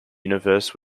universe